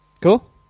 Cool